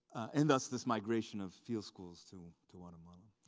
and thus this migration of field schools to to guatemala.